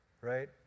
right